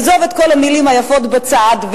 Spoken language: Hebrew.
נעזוב את כל המלים היפות בצד,